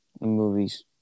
Movies